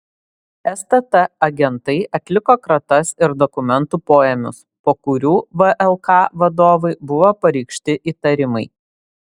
stt agentai atliko kratas ir dokumentų poėmius po kurių vlk vadovui buvo pareikšti įtarimai